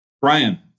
Brian